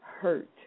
hurt